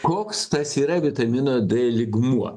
koks tas yra vitamino d lygmuo